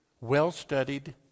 well-studied